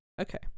Okay